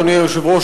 אדוני היושב-ראש,